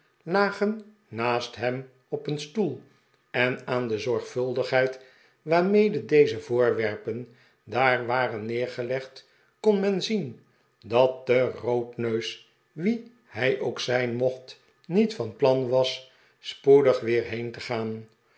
lagen naast hem op een stoel en aan de zorgvuldigheid waarmede deze voorwerpen daar waren neergelegd kon men zien dat de roodneus wie hij ook zijn mocht niet van plan was spoedig weer heen te gaari